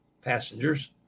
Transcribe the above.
passengers